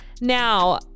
now